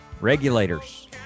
regulators